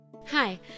Hi